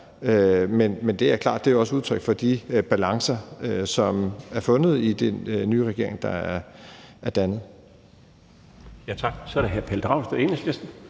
det også er et udtryk for de balancer, som er fundet i den nye regering, der er dannet.